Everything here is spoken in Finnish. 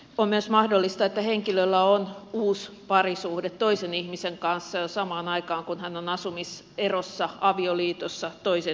on myös mahdollista että henkilöllä on uusi parisuhde toisen ihmisen kanssa jo samaan aikaan kun hän on asumiserossa avioliitossa toisen henkilön kanssa